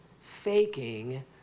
faking